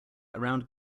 around